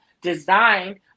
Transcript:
designed